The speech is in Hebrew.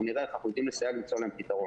אנחנו נראה איך אנחנו עומדים לסייע למצוא להם פתרון.